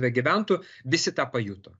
begyventų visi tą pajuto